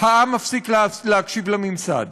העם מפסיק להקשיב לממסד.